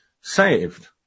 saved